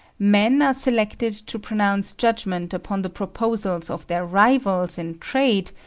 men are selected to pronounce judgment upon the proposals of their rivals in trade,